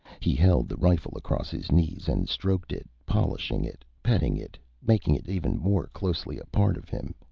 he held the rifle across his knees and stroked it, polishing it, petting it, making it even more closely a part of him,